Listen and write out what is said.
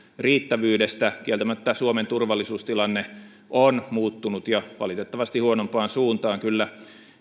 riittävyydestä kieltämättä suomen turvallisuustilanne on muuttunut ja valitettavasti huonompaan suuntaan kyllä